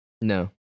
No